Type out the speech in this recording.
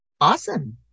Awesome